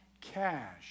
cash